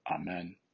Amen